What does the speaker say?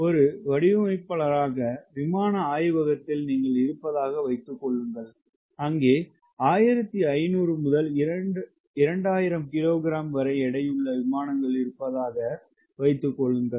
ஒரு வடிவமைப்பாளராக விமான ஆய்வகத்தில் நீங்கள் இருப்பதாக வைத்துக்கொள்ளுங்கள் அங்கே 1500 முதல் 2000 கிலோ கிராம் வரை எடையுள்ள விமானங்கள் இருப்பதாக வைத்துக்கொள்ளுங்கள்